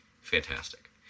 fantastic